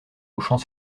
hochant